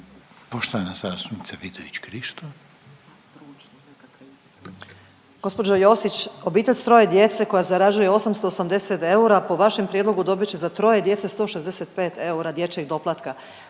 Poštovana zastupnica Vidović Krišto.